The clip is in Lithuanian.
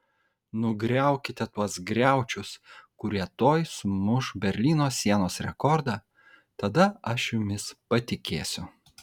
nugriaukite tuos griaučius kurie tuoj sumuš berlyno sienos rekordą tada aš jumis patikėsiu